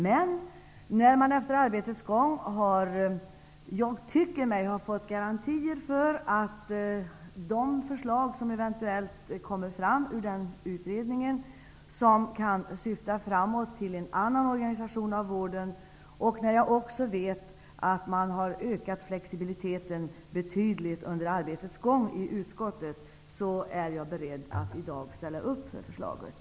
Men när jag nu tycker mig ha fått garantier för att de förslag som eventuellt kommer fram ur den utredningen och som kan syfta framåt till en annan organisation av vården och när jag också vet att man har ökat flexibiliteten betydligt under arbetets gång i utskottet, är jag beredd att i dag ställa upp för förslaget.